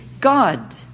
God